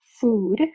food